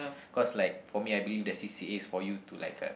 cause like for me I believe the c_c_a is for you to like uh